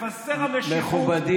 מבזבז כספי ציבור, נורבגי.